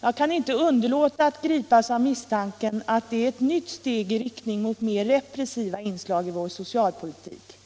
Jag kan inte underlåta att gripas av misstanken att detta är ett nytt steg i riktning mot mer repressiva inslag i vår socialpolitik.